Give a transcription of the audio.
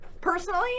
personally